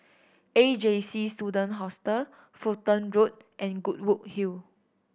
A J C Student Hostel Fulton Road and Goodwood Hill